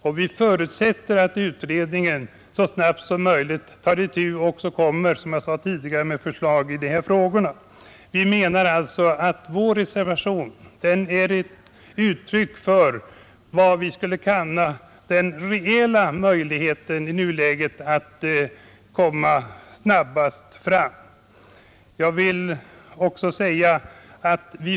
Och vi förutsätter att utredningen tar itu med den saken så snart som möjligt och framlägger förslag. Vi menar att vär reservation är ett uttryck för vad vi vill kalla den reella möjligheten att i nuläget komma snabbast fram.